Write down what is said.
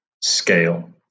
scale